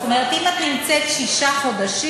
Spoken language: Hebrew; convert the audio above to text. זאת אומרת, אם את נמצאת שישה חודשים.